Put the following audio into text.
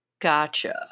Gotcha